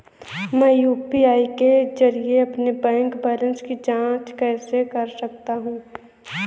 मैं यू.पी.आई के जरिए अपने बैंक बैलेंस की जाँच कैसे कर सकता हूँ?